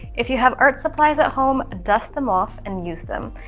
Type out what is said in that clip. if you have art supplies at home, dust them off and use them.